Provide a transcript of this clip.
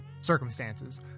circumstances